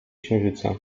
księżyca